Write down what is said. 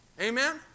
Amen